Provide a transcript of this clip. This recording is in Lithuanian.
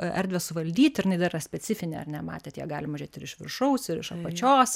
erdvę suvaldyti ir jinai dar yra specifinė ar ne matėt ją galima žiūrėti ir iš viršaus ir iš apačios